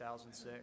2006